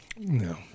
no